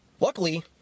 Luckily